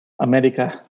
America